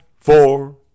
four